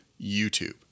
YouTube